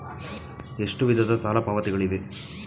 ಎಷ್ಟು ವಿಧದ ಸಾಲ ಪಾವತಿಗಳಿವೆ?